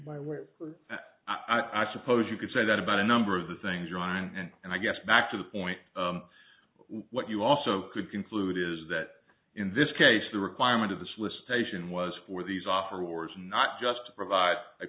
that i suppose you could say that about a number of the things your mind and i guess back to the point what you also could conclude is that in this case the requirement of the swiss station was for these offer wars and not just to provide a